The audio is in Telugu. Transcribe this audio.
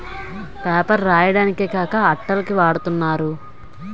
పేపర్ రాయడానికే కాక అట్టల కి వాడతన్నారు